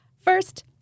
First